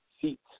seats